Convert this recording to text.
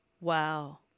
Wow